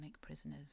prisoners